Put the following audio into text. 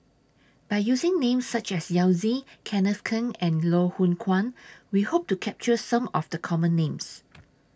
By using Names such as Yao Zi Kenneth Keng and Loh Hoong Kwan We Hope to capture Some of The Common Names